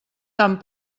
tant